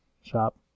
shop